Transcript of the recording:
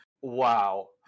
Wow